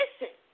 listen